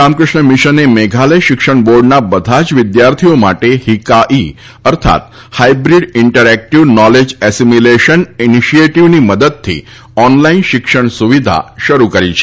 રામકૃષ્ણ મિશને મેઘાલય શિક્ષણ બોર્ડના બધા જ વિદ્યાર્થીઓ માટે હિકાઈ અર્થાત્ હાયબ્રીડ ઇન્ટરએક્ટિવ નોલેજ એસીમીલેશન ઇનીશીએટીવની મદદથી ઓનલાઇન શિક્ષણ સુવિધા શરૂ કરી છે